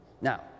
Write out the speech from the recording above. now